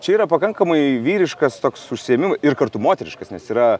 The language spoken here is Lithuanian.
čia yra pakankamai vyriškas toks užsiėmimas ir kartu moteriškas nes yra